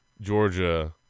Georgia –